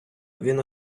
він